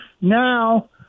Now